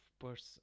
person